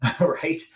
right